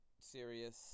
serious